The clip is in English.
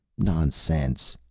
nonsense,